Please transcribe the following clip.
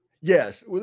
Yes